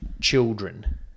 children